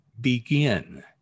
begin